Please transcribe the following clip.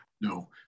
no